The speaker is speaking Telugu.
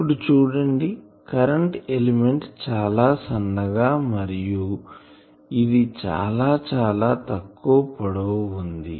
ఇప్పుడు చుడండి కరెంటుఎలిమెంట్ చాలా సన్నగా మరియ ఇది చాలా చాలా తక్కువ పొడవు ఉంది